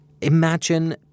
imagine